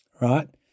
right